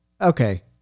okay